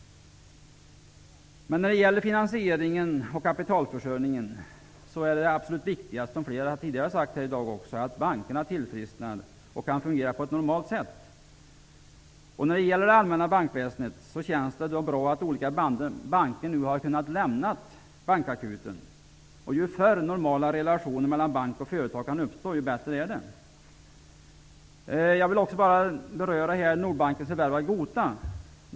När det gäller finansieringen och kapitalförsörjningen är det aboslut viktigaste, vilket flera har sagt tidigare i dag, att bankerna tillfrisknar och kan fungera på ett normalt sätt. När det gäller det allmänna bankväsendet vill jag säga att det känns bra att olika banker nu har kunnat lämna bankakuten. Ju förr normala relationer mellan bank och företag kan uppstå desto bättre är det. Jag vill också beröra Nordbankens förvärv av GOTA.